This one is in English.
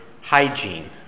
hygiene